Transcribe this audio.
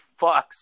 fucks